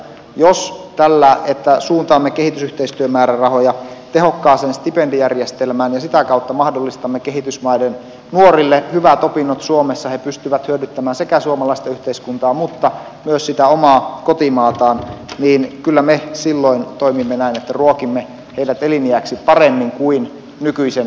jos tällä että suuntaamme kehitysyhteistyömäärärahoja tehokkaaseen stipendijärjestelmään ja sitä kautta mahdollistamme kehitysmaiden nuorille hyvät opinnot suomessa he pystyvät hyödyttämään sekä suomalaista yhteiskuntaa että myös sitä omaa kotimaataan niin kyllä me silloin toimimme näin että ruokimme heidät eliniäksi paremmin kuin nykyisen